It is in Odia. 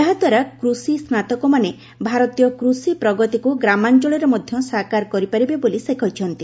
ଏହାଦ୍ୱାରା କୃଷି ସ୍ନାତକମାନେ ଭାରତୀୟ କୃଷି ପ୍ରଗତିକୁ ଗ୍ରାମାଞ୍ଚଳରେ ମଧ୍ୟ ସାକାର କରିପାରିବେ ବୋଲି ସେ କହିଛନ୍ତି